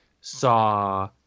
saw